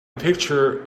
picture